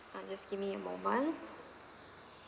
uh just give me a moment